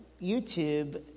YouTube